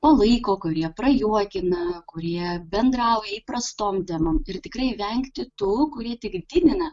palaiko kurie prajuokina kurie bendrauja įprastom dienom ir tikrai vengti tų kurie tik didina